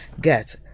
get